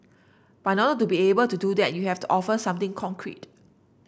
but in order to be able to do that you have to offer something concrete